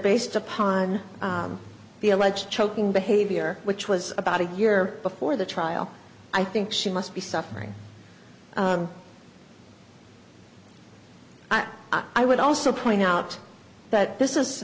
based upon the alleged choking behavior which was about a year before the trial i think she must be suffering i would also point out that this is